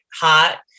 hot